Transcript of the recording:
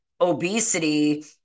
obesity